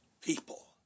people